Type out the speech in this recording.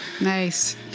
Nice